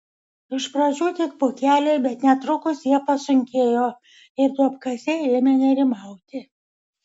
iš pradžių tik pūkeliai bet netrukus jie pasunkėjo ir duobkasiai ėmė nerimauti